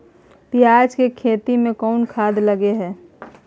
पियाज के खेती में कोन खाद लगे हैं?